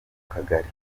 kagari